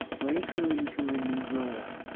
break her into her new role.